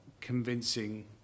convincing